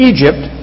Egypt